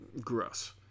Gross